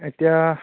এতিয়া